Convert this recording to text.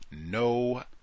No